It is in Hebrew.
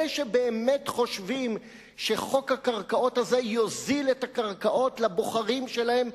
אלה שבאמת חושבים שחוק הקרקעות הזה יוזיל את הקרקעות לבוחרים שלהם,